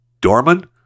Dorman